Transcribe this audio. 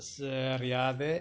Riyadh